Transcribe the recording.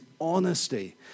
honesty